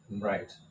right